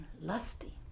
lusty